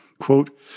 Quote